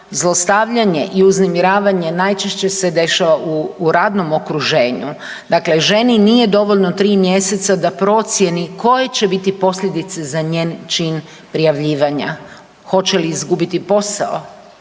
zlostavljanje i uznemiravanje najčešće se dešava u radnom okruženju. Dakle ženi nije dovoljno 3 mjeseca da procijeni koje će biti posljedice za njen čin prijavljivanja. Hoće li izgubiti posao